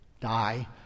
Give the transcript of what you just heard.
die